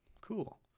Cool